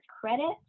credit